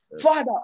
Father